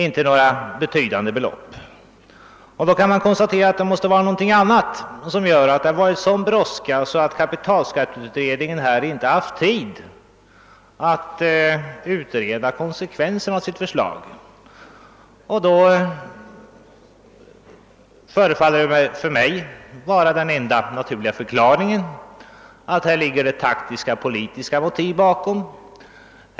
Man måste alltså konstatera att någonting annat har gjort att det varit en sådan brådska, att kapitalskatteberedningen inte har haft tid att utreda konsekvenserna av sitt förslag. Det förefaller mig vara den enda naturliga förklaringen, att det ligger taktiska politiska motiv bakom.